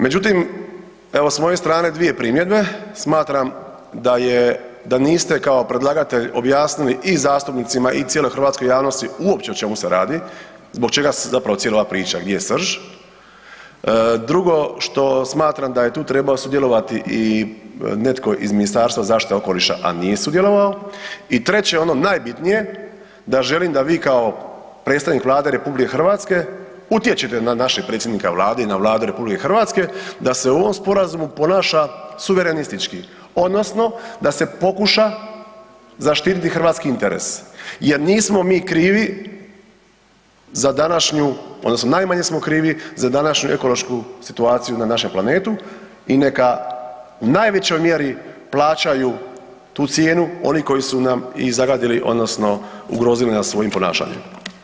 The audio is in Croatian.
Međutim evo s moje strane dvije primjedbe, smatram da niste kako predlagatelj objasnili i zastupnicima i cijeloj hrvatskoj javnosti uopće o čemu se radi, zbog čega se zapravo cijela ova priča gdje je srž, drugo što smatram da je tu trebao sudjelovati i netko iz Ministarstva zaštite okoliša a nije sudjelovao, i treće ono najbitnije, da želim da vi kao predstavnik Vlade RH, utječete na našeg predsjednika Vlade i na Vladu RH da se u ovom sporazumu ponaša suverenistički odnosno da se pokuša zaštititi hrvatski interes jer nismo mi krivi za današnju odnosno najmanje smo krivi za današnju ekološku situaciju na našem planetu i neka u najvećoj mjeri plaćaju tu cijenu oni koji su nam i zagadili odnosno ugrozili nas svojim ponašanjem.